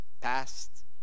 Past